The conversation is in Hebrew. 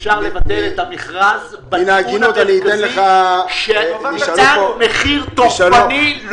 אפשר לבטל את המכרז מאחר שניתן מחיר תוקפני,